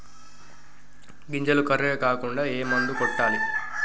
గింజలు కర్రెగ కాకుండా ఏ మందును కొట్టాలి?